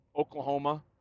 Oklahoma